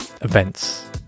events